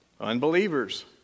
Unbelievers